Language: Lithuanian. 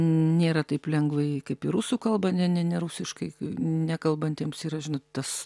nėra taip lengvai kaip ir rusų kalbą ne ne ne rusiškai nekalbantiems yra žinot tas